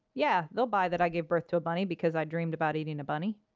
yeah. they'll buy that i gave birth to a bunny, because i dreamed about eating a bunny,